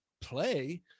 play